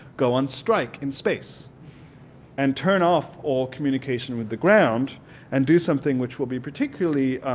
go on strike in space and turn off all communication with the ground and do something which will be particularly